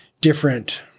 different